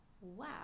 wow